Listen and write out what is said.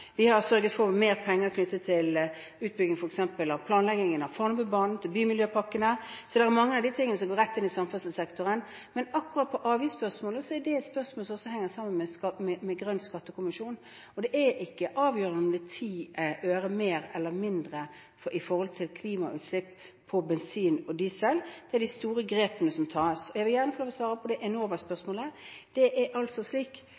vi har lagt frem. Vi har sørget for mer penger knyttet til utbygging, f.eks. av planleggingen av Fornebubanen og til bymiljøpakkene, så det er mange av de tingene som går rett inn i samferdselssektoren. Men akkurat når det gjelder avgiftsspørsmålet, henger det sammen med grønn skattekommisjon, og det er ikke avgjørende om det er ti øre mer eller mindre på bensin og diesel med hensyn til klimautslipp. Det er de store grepene som tas. Jeg vil gjerne få lov til å svare på spørsmålet om Enova. Det